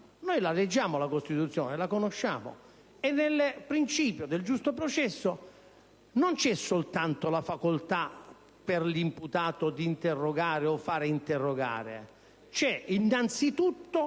noi la leggiamo la Costituzione, la conosciamo, e nel principio del giusto processo non c'è soltanto la facoltà per l'imputato di interrogare o far interrogare: c'è innanzitutto